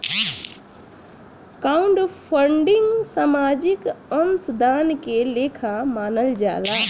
crowdfunding सामाजिक अंशदान के लेखा मानल जाला